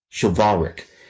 chivalric